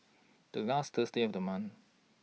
The last Thursday of The month